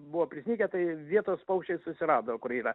buvo prisnigę tai vietos paukščiai susirado kur yra